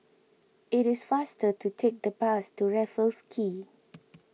it is faster to take the bus to Raffles Quay